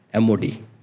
MOD